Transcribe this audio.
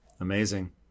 Amazing